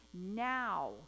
now